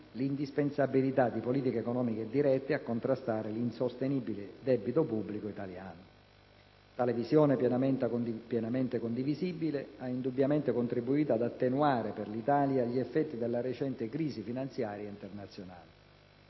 l'indispensabilità di politiche economiche dirette a contrastare l'insostenibile debito pubblico italiano. Tale visione, pienamente condivisibile, ha indubbiamente contributo ad attenuare per l'Italia gli effetti della recente crisi finanziaria internazionale.